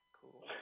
Cool